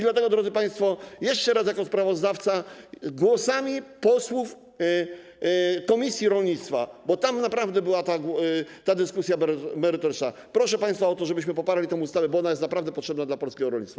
Dlatego, drodzy państwo, jeszcze raz jako sprawozdawca w imieniu posłów komisji rolnictwa, bo tam naprawdę była ta dyskusja merytoryczna, proszę państwa o to, żebyśmy poparli tę ustawę, bo ona jest naprawdę potrzebna dla polskiego rolnictwa.